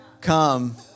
come